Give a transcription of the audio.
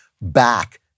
back